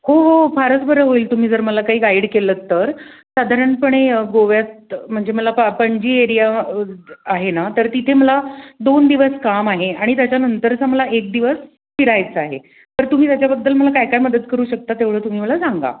हो हो फारच बरं होईल तुम्ही जर मला काही गाईड केलं तर साधारणपणे गोव्यात म्हणजे मला पणजी एरिया आहे ना तर तिथे मला दोन दिवस काम आहे आणि त्याच्यानंतरचा मला एक दिवस फिरायचं आहे तर तुम्ही त्याच्याबद्दल मला काय काय मदत करू शकता तेवढं तुम्ही मला सांगा